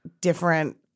different